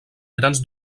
grans